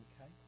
Okay